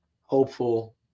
hopeful